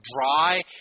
dry